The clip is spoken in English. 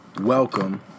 welcome